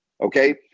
Okay